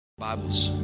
bibles